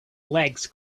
legs